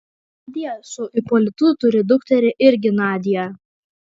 nadia su ipolitu turi dukterį irgi nadią